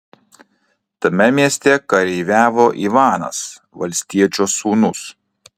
tame mieste kareiviavo ivanas valstiečio sūnus